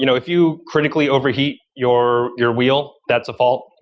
you know if you critically overheat your your wheel, that's a fault.